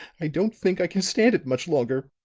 i don't think i can stand it much longer.